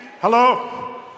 hello